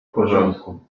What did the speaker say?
porządku